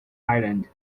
island